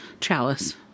chalice